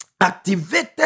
activated